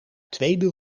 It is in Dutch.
tweede